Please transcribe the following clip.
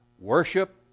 Worship